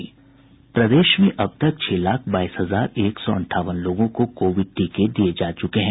प्रदेश में अब तक छह लाख बाईस हजार एक सौ अंठावन लोगों को कोविड टीके दिये जा चुके हैं